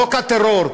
חוק הטרור,